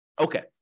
Okay